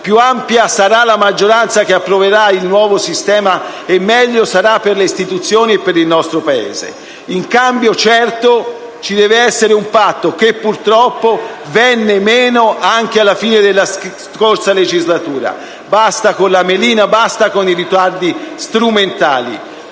Più ampia sarà la maggioranza che approverà il nuovo sistema e meglio sarà per le istituzioni e per il Paese. In cambio, certo, ci deve essere un patto, che purtroppo è venuto meno anche alla fine della scorsa legislatura: basta melina, basta ritardi strumentali.